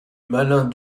malin